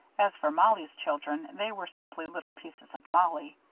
as for mollie's children, they were simply little pieces of mollie.